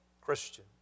Christian